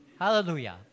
Hallelujah